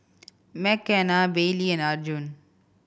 Mckenna Baylee and Arjun